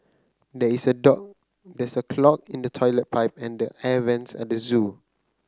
there is a dog there is a clog in the toilet pipe and air vents at the zoo